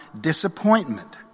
disappointment